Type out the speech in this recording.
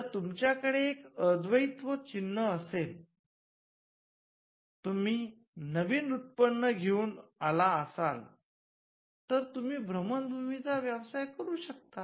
जर तुमच्या कडे एक अद्वैत्व चिन्ह असेल तुम्ही नवीन उत्पन्न घेऊन आला असाल तर तुम्ही भ्रमण ध्वनीचा व्यवसाय करू शकतात